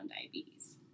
diabetes